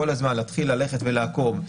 אז כל הזמן להתחיל ללכת ולעקוב,